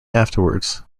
afterwards